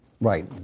Right